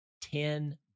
ten